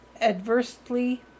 adversely